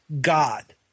God